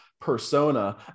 persona